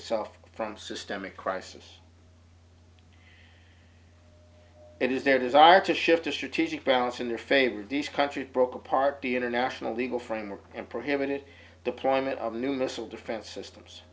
itself from systemic crisis it is their desire to shift to strategic balance in their favor dish countries broke apart the international legal framework and prohibited deployment of new missile defense systems